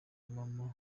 maman